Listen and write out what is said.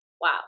Wow